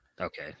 Okay